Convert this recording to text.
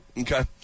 Okay